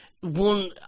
One